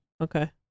Okay